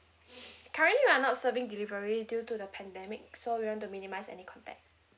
currently we are not serving delivery due to the pandemic so we want to minimise any contact